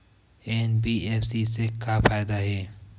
NBFC से का फ़ायदा हे?